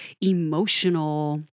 emotional